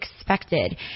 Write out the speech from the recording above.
expected